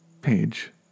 Page